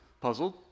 puzzled